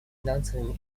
финансовыми